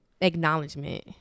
Acknowledgement